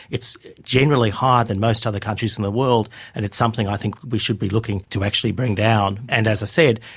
generally higher than most other countries in the world and it's something i think we should be looking to actually bring down. and as i said,